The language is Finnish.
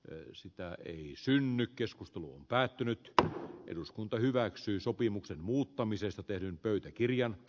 löysin tää ei synny keskusteluun päättynyt että eduskunta hyväksyi sopimuksen muuttamisesta tehdyn pöytäkirjan d